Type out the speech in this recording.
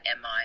MI